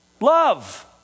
love